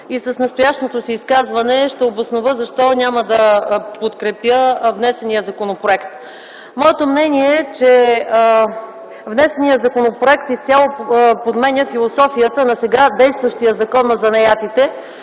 и с настоящото си изказване ще обоснова защо няма да подкрепя внесения законопроект. Моето мнение е, че внесеният законопроект изцяло подменя философията на сега действащия Закон за занаятите,